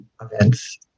events